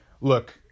Look